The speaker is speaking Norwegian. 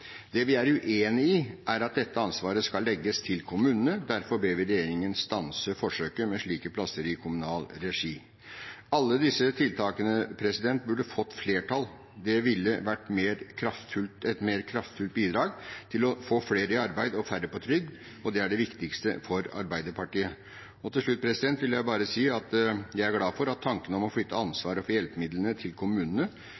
Det vi er uenig i, er at dette ansvaret skal legges til kommunene. Derfor ber vi regjeringen stanse forsøket med slike plasser i kommunal regi. Alle disse tiltakene burde fått flertall, det ville vært et mer kraftfullt bidrag til å få flere i arbeid og færre på trygd, og det er det viktigste for Arbeiderpartiet. Til slutt vil jeg bare si at jeg er glad for at tanken om å flytte